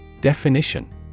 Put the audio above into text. Definition